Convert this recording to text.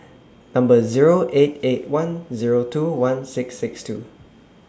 Number Zero eight eight one Zero two one six six two